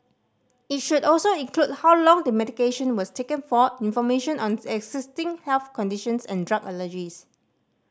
it should also include how long the medication was taken for information on existing health conditions and drug allergies